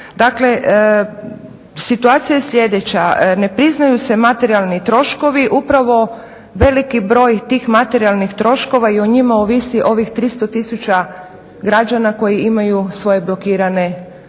dakle situacija je sljedeća. Ne priznaju se materijalni troškovi, upravo veliki broj tih materijalnih troškova i o njima ovisi ovih 300 000 građana koji imaju svoje blokirane žiroračune.